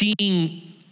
seeing